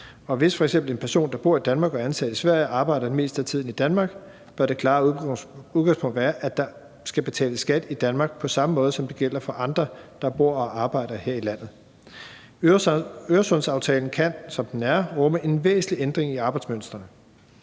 f.eks. en person, der bor i Danmark og er ansat i Sverige, arbejder det meste af tiden i Danmark, bør det klare udgangspunkt være, at der skal betales skat i Danmark på samme måde, som det gælder for andre, der bor og arbejder her i landet. Øresundsaftalen kan, som den er, rumme en væsentlig ændring i arbejdsmønstrene.